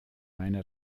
meine